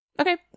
Okay